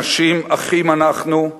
אנשים אחים אנחנו,